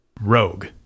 rogue